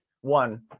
one